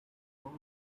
don’t